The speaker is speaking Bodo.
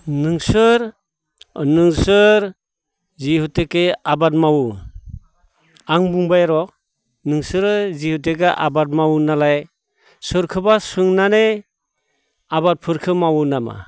नोंसोर जिहेथुके आबाद मावो आं बुंबायर' नोंसोरो जिहेथुके आबाद मावो नालाय सोरखौबा सोंनानै आबादफोरखो मावो नामा